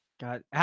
god